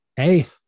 Hey